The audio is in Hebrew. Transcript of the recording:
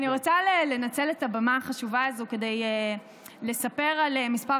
אני רוצה לנצל את הבמה החשובה הזו כדי לספר על כמה